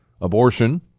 Abortion